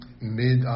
mid